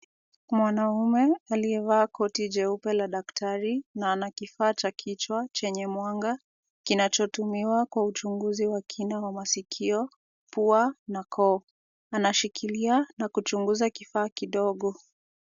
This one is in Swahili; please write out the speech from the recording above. Mwanaume aliyevaa koti jeupe la daktari na ana kifaa cha kichwa chenye mwanga kinachotumiwa kwa uchunguzi wa kina wa masikio, pua na koo. Anashikilia na kuchunguza kifaa kidogo.